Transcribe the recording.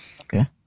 Okay